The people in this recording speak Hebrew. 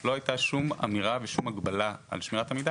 לא הייתה שום אמירה ושום הגבלה על שמירת המידע